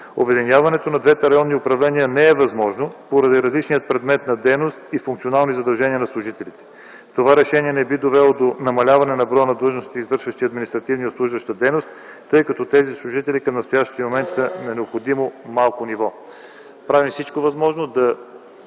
Обединяването на двете районни управления не е възможно, поради различния предмет на дейност и функционални задължения на служителите. Това решение не би довело до намаляване на броя на длъжностите, извършващи административна и обслужваща дейност, тъй като тези служители към настоящия момент са на необходимото минимално ниво. Правим всичко възможно да